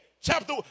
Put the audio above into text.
chapter